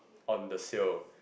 on the seal